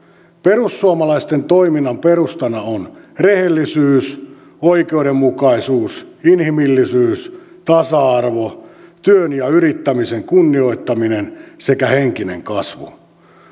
perussuomalaisten toiminnan perustana ovat rehellisyys oikeudenmukaisuus inhimillisyys tasa arvo työn ja yrittämisen kunnioittaminen sekä henkinen kasvu